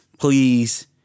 please